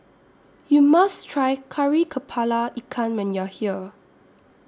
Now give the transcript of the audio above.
YOU must Try Kari Kepala Ikan when YOU Are here